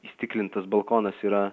įstiklintas balkonas yra